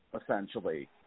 essentially –